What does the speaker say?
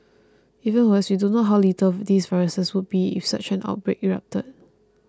even worse we don't know how lethal these viruses would be if such an outbreak erupted